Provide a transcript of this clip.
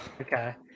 Okay